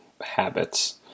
habits